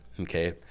okay